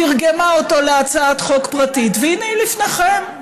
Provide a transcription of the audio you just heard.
תרגמה אותו להצעת חוק פרטית והינה היא לפניכם.